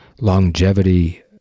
longevity